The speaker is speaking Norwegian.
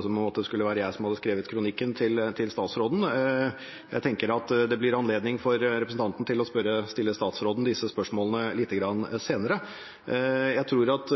som om det skulle være jeg som hadde skrevet statsrådens kronikk. Jeg tenker det blir anledning for representanten til å stille statsråden disse spørsmålene lite grann senere. Jeg tror at